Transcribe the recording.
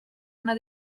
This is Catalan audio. una